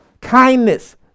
Kindness